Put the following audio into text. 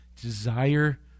desire